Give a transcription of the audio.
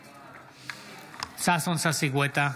בעד ששון ששי גואטה,